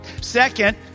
Second